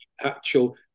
actual